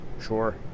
sure